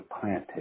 planted